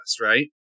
right